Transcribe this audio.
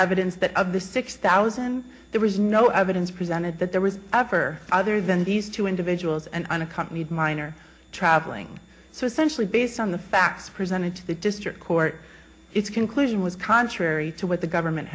evidence that of the six thousand there was no evidence presented that there was ever other than these two individuals an unaccompanied minor traveling so essentially based on the facts presented to the district court its conclusion was contrary to what the government